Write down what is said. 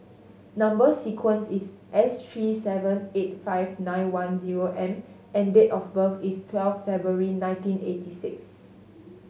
number sequence is S three seven eight five nine one zero M and date of birth is twelve February nineteen eighty six